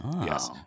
Yes